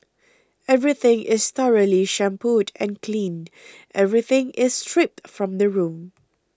everything is thoroughly shampooed and cleaned everything is stripped from the room